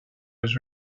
was